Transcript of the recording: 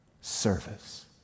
Service